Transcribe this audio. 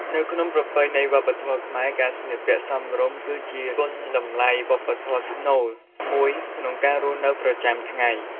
នៅក្នុងប្រពៃណីវប្បធម៌ខ្មែរ ការស្លៀកពាក់សមរម្យគឺជាគុណតម្លៃស្នូលមួយក្នុងការរស់នៅប្រចាំថ្ងៃ។